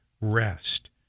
rest